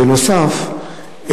בנוסף,